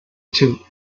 too